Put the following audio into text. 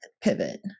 pivot